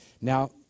Now